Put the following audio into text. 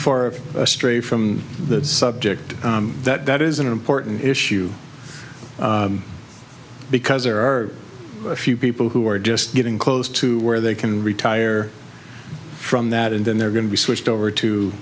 far astray from the subject that is an important issue because there are a few people who are just getting close to where they can retire from that and then they're going to be switched over to